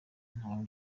ntaho